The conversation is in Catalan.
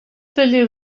taller